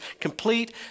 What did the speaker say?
complete